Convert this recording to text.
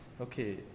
okay